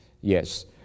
Yes